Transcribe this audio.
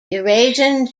eurasian